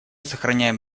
сохраняем